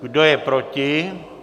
Kdo je proti?